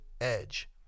edge